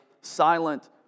silent